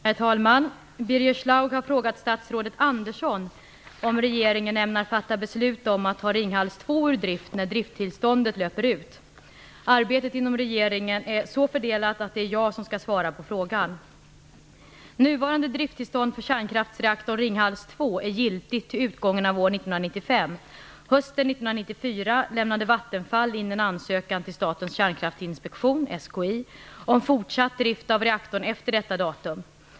Herr talman! Birger Schlaug har frågat statsrådet Andersson om regeringen ämnar fatta beslut om att ta Arbetet inom regeringen är så fördelat att det är jag som skall svara på frågan. 1994 lämnade Vattenfall AB in en ansökan till Statens kärnkraftinspektion om fortsatt drift av reaktorn efter detta datum.